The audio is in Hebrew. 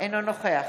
אינו נוכח